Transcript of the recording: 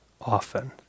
often